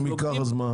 אם הוא ייקח, אז מה?